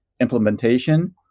implementation